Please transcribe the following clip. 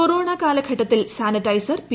corona കാലഘട്ടത്തിൽ sanitiser P